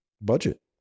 Budget